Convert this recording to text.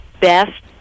best